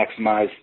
maximize